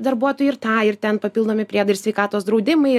darbuotojai ir tą ir ten papildomi priedai ir sveikatos draudimai